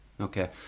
Okay